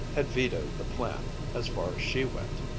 had vetoed the plan as far as she went,